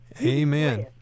Amen